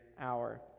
hour